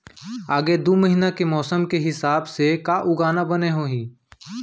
आगे दू महीना के मौसम के हिसाब से का उगाना बने होही?